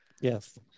yes